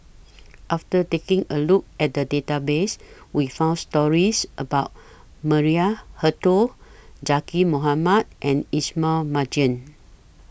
after taking A Look At The Database We found stories about Maria Hertogh Zaqy Mohamad and Ismail Marjan